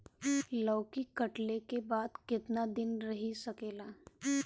लौकी कटले के बाद केतना दिन रही सकेला?